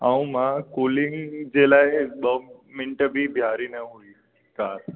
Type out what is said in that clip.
ऐं मां कूलिंग जे लाइ ॿ मिंट बि बिहारी न हूई कार